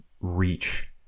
reach